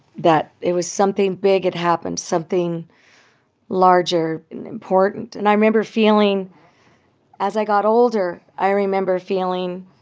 that it was something big had happened, something larger and important. and i remember feeling as i got older, i remember feeling